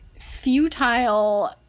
futile